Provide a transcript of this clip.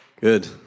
Good